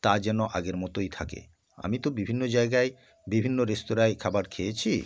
তা যেন আগের মতোই থাকে আমি তো বিভিন্ন জায়গায় বিভিন্ন রেস্তোরাঁয় খাবার খেয়েছি